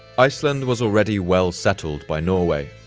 iceland was already well settled by norway.